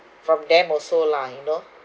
from them also lah you know